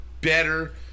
better